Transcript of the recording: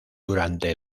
durante